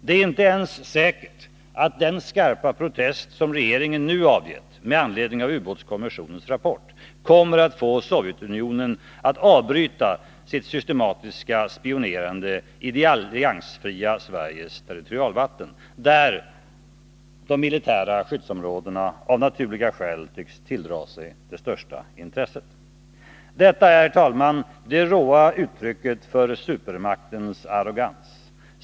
Det är inte ens säkert att den skarpa protest som regeringen nu avgett med anledning av ubåtskommissionens rapport kommer att få Sovjetunionen att avbryta sitt systematiska spionerande i det alliansfria Sveriges territorialvatten, där de militära skyddsområdena av naturliga skäl tycks tilldra sig det största intresset. Detta är det råa uttrycket för supermaktens arrogans.